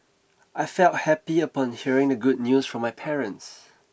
I felt happy upon hearing the good news from my parents